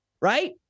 Right